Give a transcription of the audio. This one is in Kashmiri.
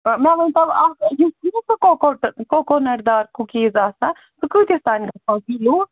مےٚ ؤنۍ تَو اَکھ یُس چھُنہٕ سُہ کوکوٗٹ کوکوٗنَٹ دار کُکیٖز تہِ آسان سُہ کۭتِس تانۍ گژھان کِلوٗ